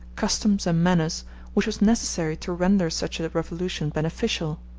customs, and manners which was necessary to render such a revolution beneficial.